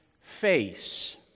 face